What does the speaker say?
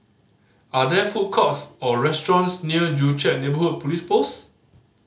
are there food courts or restaurants near Joo Chiat Neighbourhood Police Post